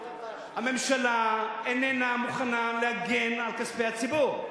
הממשלה איננה מוכנה להגן על כספי הציבור?